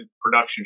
production